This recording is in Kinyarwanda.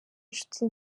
inshuti